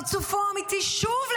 פרצופו האמיתי שוב,